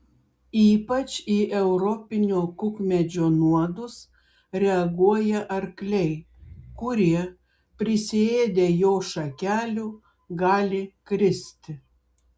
ypač į europinio kukmedžio nuodus reaguoja arkliai kurie prisiėdę jo šakelių gali kristi